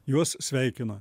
juos sveikina